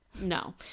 no